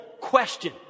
question